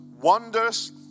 wonders